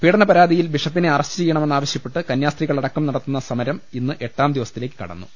പീഡന പരാതിയിൽ ബിഷപ്പിനെ അറസ്റ്റ് ചെയ്യണമെന്നാവ ശ്യപ്പെട്ട് കന്യാസ്ത്രീകളടക്കം നടത്തുന്ന സമരം ഇന്ന് എട്ടാം ദിവ സത്തിലേക്ക് കടന്നു